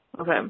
Okay